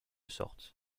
sorte